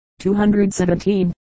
217